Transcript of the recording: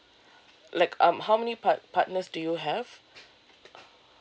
like um how many part~ partners do you have